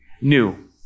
new